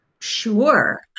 Sure